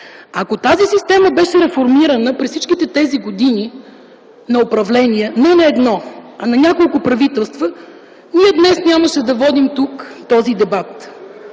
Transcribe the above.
Ако тази система беше реформирана през всичките тези години на управление – не на едно, а на няколко правителства, ние днес нямаше да водим тук този дебат.